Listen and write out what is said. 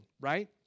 right